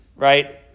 right